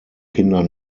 kinder